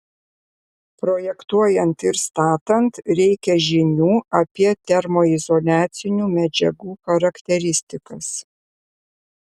projektuojant ir statant reikia žinių apie termoizoliacinių medžiagų charakteristikas